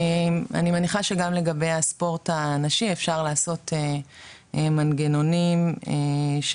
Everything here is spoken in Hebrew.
אני מניחה שגם לגבי הספורט הנשי אפשר לעשות מנגנונים של